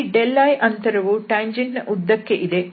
ಈ li ಅಂತರವು ಟ್ಯಾಂಜೆಂಟ್ನ ಉದ್ದಕ್ಕೆ ಇದೆ